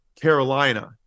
Carolina